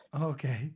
Okay